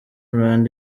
rwanda